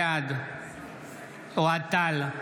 בעד אוהד טל,